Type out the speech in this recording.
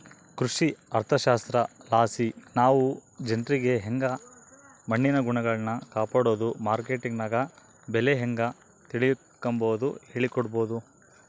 ಕೃಷಿ ಅರ್ಥಶಾಸ್ತ್ರಲಾಸಿ ನಾವು ಜನ್ರಿಗೆ ಯಂಗೆ ಮಣ್ಣಿನ ಗುಣಗಳ್ನ ಕಾಪಡೋದು, ಮಾರ್ಕೆಟ್ನಗ ಬೆಲೆ ಹೇಂಗ ತಿಳಿಕಂಬದು ಹೇಳಿಕೊಡಬೊದು